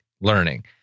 learning